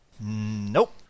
Nope